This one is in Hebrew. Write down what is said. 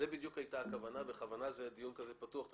זו בדיוק הייתה הכוונה, בכוונה זה דיון כזה פתוח.